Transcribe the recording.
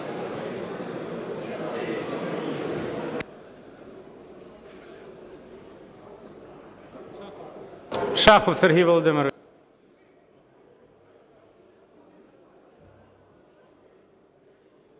Шахов Сергій Володимирович.